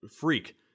freak